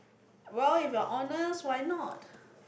well if you're honest why not